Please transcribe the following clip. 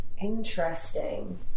Interesting